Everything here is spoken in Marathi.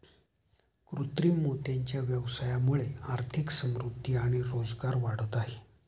कृत्रिम मोत्यांच्या व्यवसायामुळे आर्थिक समृद्धि आणि रोजगार वाढत आहे